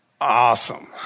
Awesome